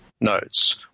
notes